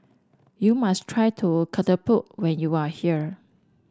you must try to Ketupat when you are here